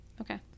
Okay